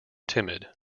timid